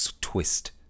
Twist